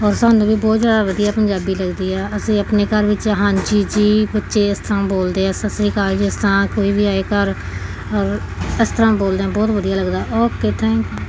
ਔਰ ਸਾਨੂੰ ਵੀ ਬਹੁਤ ਜ਼ਿਆਦਾ ਵਧੀਆ ਪੰਜਾਬੀ ਲੱਗਦੀ ਆ ਅਸੀਂ ਆਪਣੇ ਘਰ ਵਿੱਚ ਹਾਂਜੀ ਜੀ ਬੱਚੇ ਇਸ ਤਰ੍ਹਾਂ ਬੋਲਦੇ ਆ ਸਤਿ ਸ਼੍ਰੀ ਅਕਾਲ ਜਿਸ ਤਰ੍ਹਾਂ ਕੋਈ ਵੀ ਆਏ ਘਰ ਔਰ ਇਸ ਤਰ੍ਹਾਂ ਬੋਲਦੇ ਹਾਂ ਬਹੁਤ ਵਧੀਆ ਲੱਗਦਾ ਓਕੇ ਥੈਂਕ